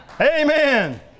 Amen